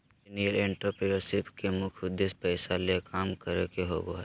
millennial entrepreneurship के मुख्य उद्देश्य पैसा ले काम करे के होबो हय